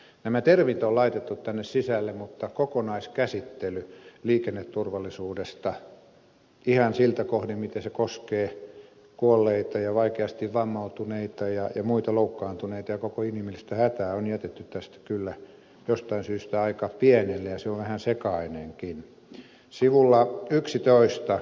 nämä termit on laitettu tänne sisälle mutta kokonaiskäsittely liikenneturvallisuudesta ihan siltä kohdin miten se koskee kuolleita ja vaikeasti vammautuneita ja muita loukkaantuneita ja koko inhimillistä hätää on jätetty tässä kyllä jostain syystä aika pienelle ja se on vähän sekainenkin